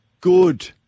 Good